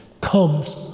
comes